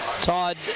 Todd